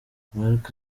mark